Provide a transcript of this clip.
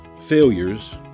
failures